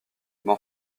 m’en